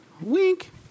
Wink